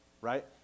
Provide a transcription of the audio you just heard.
right